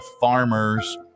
farmers